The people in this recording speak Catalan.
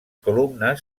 columnes